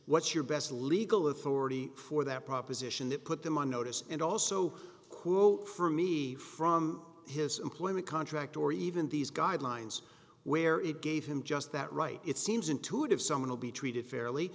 what's your best legal authority for that proposition that put them on notice and also quote for me from his employment contract or even these guidelines where it gave him just that right it seems intuitive someone will be treated fairly